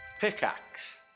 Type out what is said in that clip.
pickaxe